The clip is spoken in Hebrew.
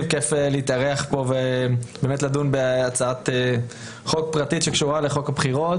כיף להתארח פה ולדון בהצעת חוק פרטית שקשורה לחוק הבחירות.